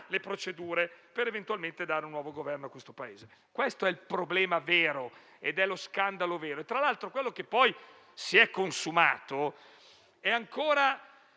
le procedure, per dare eventualmente un nuovo Governo al Paese. Questo è il problema vero ed è lo scandalo vero. Tra l'altro, quello che poi si è consumato nella